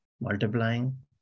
multiplying